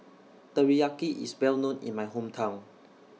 Teriyaki IS Well known in My Hometown